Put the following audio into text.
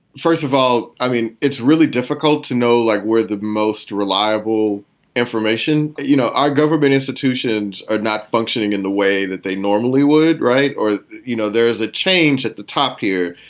first of all, i mean, it's really difficult to know, like where the most reliable information. you know, our government institutions are not functioning in the way that they normally would. right. or, you know, there is a change at the top here.